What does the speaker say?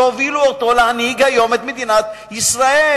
שהובילו אותו להנהיג היום את מדינת ישראל.